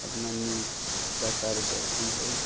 अपना न्यूज का कार्य करती है इस